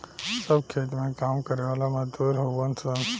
सब खेत में काम करे वाला मजदूर हउवन सन